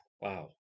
Wow